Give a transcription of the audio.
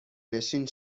نشین